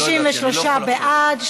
תוסיפי את קולי בעד,